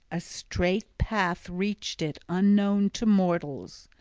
a strait path reached it, unknown to mortals.